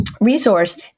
resource